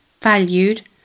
valued